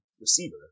receiver